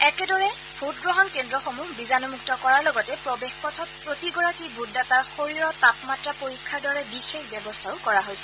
একেদৰে ভোটগ্ৰহণ কেন্দ্ৰসমূহ বীজাণুমুক্ত কৰাৰ লগতে প্ৰৱেশ পথত প্ৰতিগৰাকী ভোটদাতাৰ শৰীৰৰ তাপমাত্ৰা পৰীক্ষাৰ দৰে বিশেষ ব্যৱস্থাও কৰা হৈছে